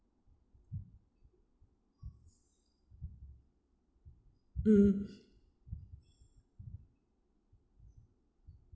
mm